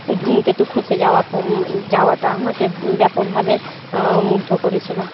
ওই ধূমকেতু খসে যাওয়া প যাওয়াটা আমাকে ব্যাপকভাবে মুগ্ধ করেছিল